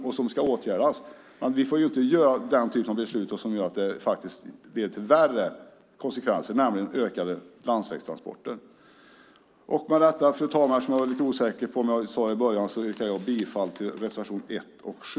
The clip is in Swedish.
De ska åtgärdas, men det får inte leda till ökade landsvägstransporter. Med detta yrkar jag bifall till reservationerna 1 och 7.